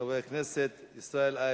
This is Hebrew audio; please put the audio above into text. מס' 7382. חבר הכנסת ישראל אייכלר,